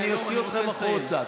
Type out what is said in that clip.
אני אוציא אתכם החוצה.